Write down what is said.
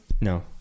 No